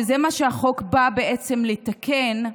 וזה מה שהחוק בא בעצם לתקן.